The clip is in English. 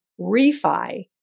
refi